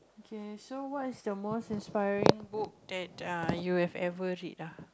okay so what is the most inspiring book that err you have ever read ah